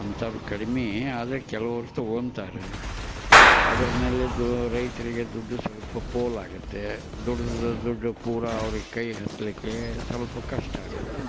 ಅಂಥವರು ಕಡಿಮೆ ಆದರೆ ಕೆಲವರು ತಗೊಳ್ತಾರೆ ಅದ್ರ ಮೇಲಿಂದು ರೈತರಿಗೆ ದುಡ್ಡು ಸ್ವಲ್ಪ ಪೋಲಾಗುತ್ತೆ ದುಡಿದ ದುಡ್ಡು ಪೂರಾ ಅವರಿಗೆ ಕೈ ಹತ್ತಲಿಕ್ಕೆ ಸ್ವಲ್ಪ ಕಷ್ಟ ಆಗುತ್ತೆ